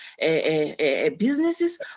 businesses